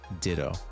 ditto